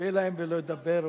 "פה להם ולא ידברו,